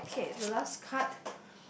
alright K the last card